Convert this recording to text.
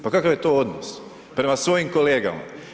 Pa kakav je to odnos prema svojim kolegama?